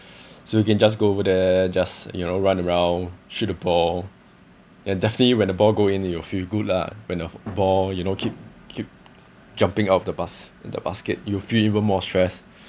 so you can just go over there just you know run around shoot a ball and definitely when the ball go in then you feel good lah when a ball you know keep keep jumping out of the bas~ the basket you feel even more stressed